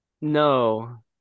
No